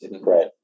right